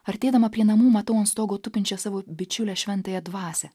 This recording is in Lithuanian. artėdama prie namų matau ant stogo tupinčią savo bičiulę šventąją dvasią